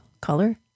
color